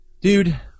Dude